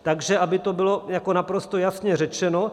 Takže aby to bylo naprosto jasně řečeno.